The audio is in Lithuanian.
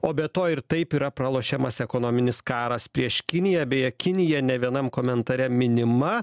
o be to ir taip yra pralošiamas ekonominis karas prieš kiniją beje kinija ne vienam komentare minima